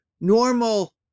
normal